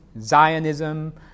Zionism